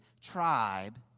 tribe